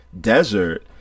desert